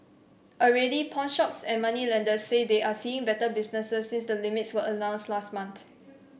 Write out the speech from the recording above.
already pawnshops and moneylenders say they are seeing better business since the limits were announced last month